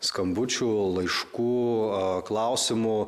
skambučių laiškų a klausimų